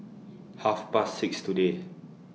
Half Past six today